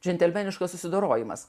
džentelmeniškas susidorojimas